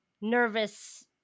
nervous